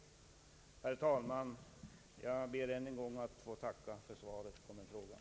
Herr talman! Jag ber än en gång att få tacka för svaret på min fråga.